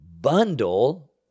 bundle